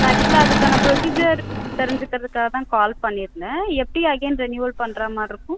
but actually அதுக்கான procedure தெரிஞ்சிகுறதுக்காக தான் கால் பண்ணிருந்தேன் எப்படி அகைன் ரெனீவல் பண்றமாதிரி இருக்கும்